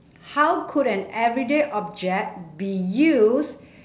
how could an everyday object be used